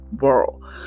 world